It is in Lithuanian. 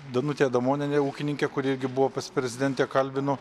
danutė adamonienė ūkininkė kuri irgi buvo pas prezidentę kalbinu